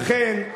לכן,